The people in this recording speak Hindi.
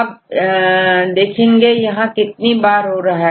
अभी देखेंगे कि यहां कितने बार हो रहा है